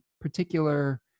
particular